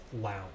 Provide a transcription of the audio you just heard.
lounge